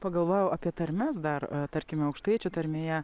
pagalvojau apie tarmes dar tarkime aukštaičių tarmėje